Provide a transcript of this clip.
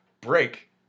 break